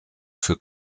für